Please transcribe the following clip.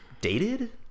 dated